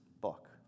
book